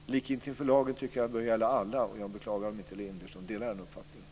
Jag tycker att likhet inför lagen bör gälla alla, och jag beklagar om inte Elinderson delar den uppfattningen.